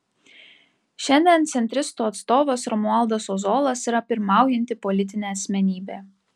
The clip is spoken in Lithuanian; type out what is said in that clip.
šiandien centristų atstovas romualdas ozolas yra pirmaujanti politinė asmenybė